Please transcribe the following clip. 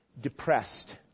depressed